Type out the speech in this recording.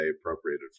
appropriated